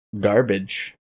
garbage